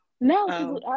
No